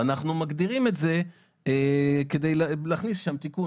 ואנחנו מגדירים את זה כדי להכניס שם תיקון